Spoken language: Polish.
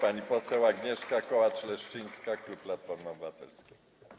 Pani poseł Agnieszka Kołacz-Leszczyńska, klub Platformy Obywatelskiej.